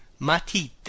matite